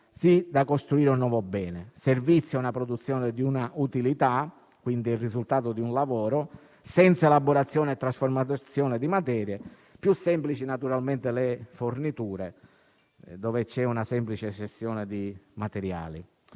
tale da costruire un nuovo bene, mentre per servizio una produzione di una utilità (quindi il risultato di un lavoro), senza elaborazione e trasformazione di materie. Più semplici sono le forniture, con una semplice cessione di materiali.